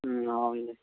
ꯎꯝ ꯍꯥꯎꯏꯑꯦ